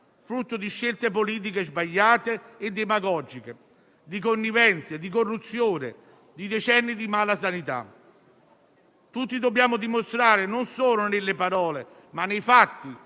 frutto di scelte politiche sbagliate e demagogiche, di connivenze, di corruzione e di decenni di malasanità. Tutti dobbiamo dimostrare, non solo nelle parole, ma nei fatti,